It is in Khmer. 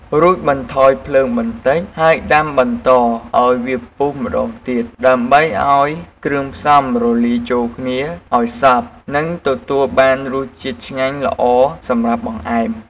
រួចបន្ថយភ្លើងបន្តិច ហើយដាំបន្តឱ្យវាពុះម្តងទៀត ដើម្បីឱ្យគ្រឿងផ្សំរលាយចូលគ្នាឱ្យសព្វ និងទទួលបានរសជាតិឆ្ងាញ់ល្អសម្រាប់បង្អែម។